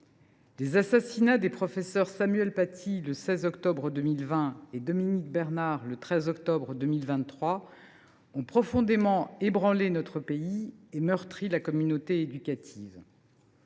Les assassinats des professeurs Samuel Paty le 16 octobre 2020 et Dominique Bernard le 13 octobre 2023 ont profondément ébranlé notre pays et meurtri la communauté éducative.